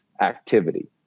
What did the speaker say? activity